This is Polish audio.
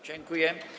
Dziękuję.